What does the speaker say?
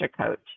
coach